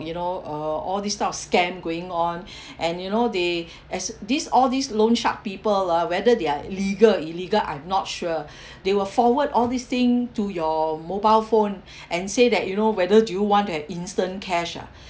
you know uh all this type of scam going on and you know they as this all this loan shark people ah whether they are legal illegal I'm not sure they will forward all these thing to your mobile phone and say that you know whether do you want an instant cash ah